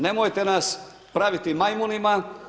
Nemojte nas praviti majmunima.